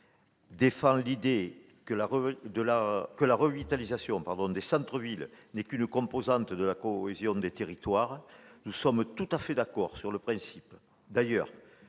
défendent l'idée que la revitalisation des centres-villes n'est qu'une composante de la cohésion des territoires. Nous sommes tout à fait d'accord sur le principe.